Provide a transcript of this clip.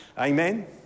Amen